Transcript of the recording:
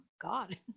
god